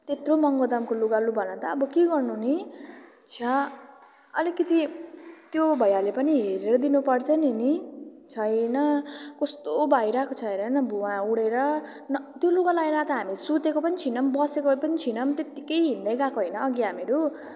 त्यत्रो महँगो दामको लुगा लु भन त अब के गर्नु नि छ्या अलिकति त्यो भैयाले पनि हेरेर दिनु पर्छ नि नि छैन कस्तो भइरहेको छ हेर न भुवा उठेर न त्यो लुगा लगाएर त हामी सुतेको पनि छैनौँ बसेको भए पनि छैनौँ त्यतिकै हिँड्दै गएको होइन अघि हामीहरू